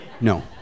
No